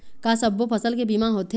का सब्बो फसल के बीमा होथे?